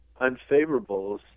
unfavorables